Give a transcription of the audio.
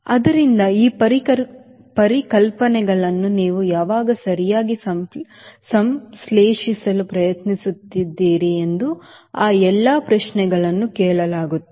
ಆದ್ದರಿಂದ ಈ ಪರಿಕಲ್ಪನೆಗಳನ್ನು ನೀವು ಯಾವಾಗ ಸರಿಯಾಗಿ ಸಂಶ್ಲೇಷಿಸಲು ಪ್ರಯತ್ನಿಸುತ್ತಿದ್ದೀರಿ ಎಂದು ಆ ಎಲ್ಲಾ ಪ್ರಶ್ನೆಗಳನ್ನು ಕೇಳಲಾಗುತ್ತದೆ